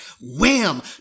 Wham